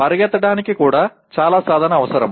పరిగెత్తడానికి కూడా చాలా సాధన అవసరం